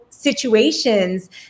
situations